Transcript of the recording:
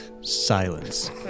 Silence